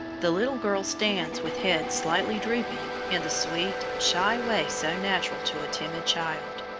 the little girl stands with head slightly drooping, in the sweet, shy way so natural to a timid child.